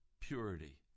purity